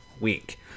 week